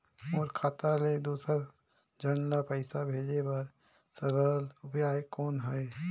मोर खाता ले दुसर झन ल पईसा भेजे बर सरल उपाय कौन हे?